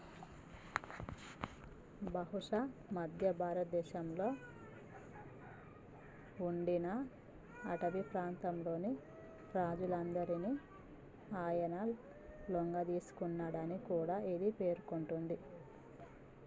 బహుశా మధ్య భారతదేశంలో ఉండిన అటవీ ప్రాంతంలోని రాజులందరినీ ఆయన లొంగదీసుకున్నాడని కూడా ఇది పేర్కొంటుంది